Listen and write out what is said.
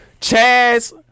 Chaz